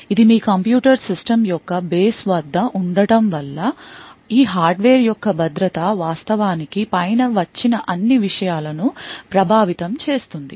ఇది మీ computer systems యొక్క బేస్ వద్ద ఉండ టం వల్ల ఈ హార్డ్వేర్ యొక్క భద్రత వాస్తవానికి పైన వచ్చిన అన్ని విషయాలను ప్రభావితం చేస్తుంది